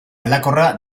aldakorra